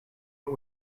but